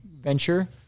venture